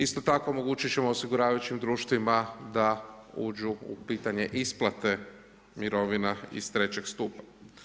Isto tako omogućiti ćemo osiguravajućim društvima da uđu u pitanje isplate mirovina iz III. stupa.